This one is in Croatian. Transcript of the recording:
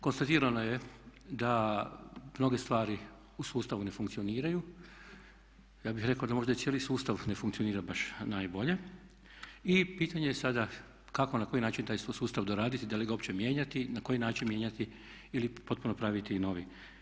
Konstatirano je da mnoge stvari u sustavu ne funkcioniraju, ja bih rekao da možda i cijeli sustav ne funkcionira baš najbolje i pitanje je sada kako, na koji način taj sustav doraditi, da li ga uopće mijenjati, na koji način mijenjati ili potpuno praviti i novi.